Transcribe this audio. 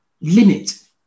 limit